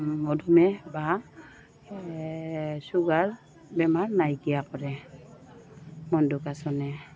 মধুমেহ বা চুগাৰ বেমাৰ নাইকিয়া কৰে মধুকাসনে